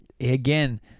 again